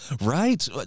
Right